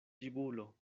ĝibulo